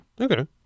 Okay